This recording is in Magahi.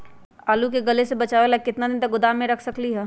आलू के गले से बचाबे ला कितना दिन तक गोदाम में रख सकली ह?